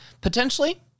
potentially